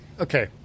okay